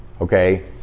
okay